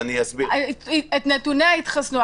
אז אני אסביר --- לפרסם את נתוני החיסונים.